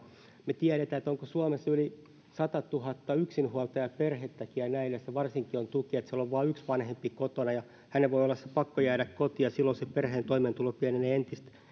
me tiedämme onko suomessa yli sadantuhannen yksinhuoltajaperhettäkin että näille se varsinkin on tuki siellä on vain yksi vanhempi kotona ja hänen voi olla pakko jäädä kotiin silloin sen perheen toimeentulo pienenee entistä